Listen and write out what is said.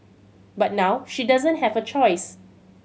but now she doesn't have a choice